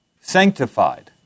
sanctified